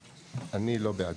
אני לא בעד.